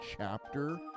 chapter